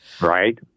Right